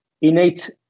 innate